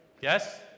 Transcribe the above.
Yes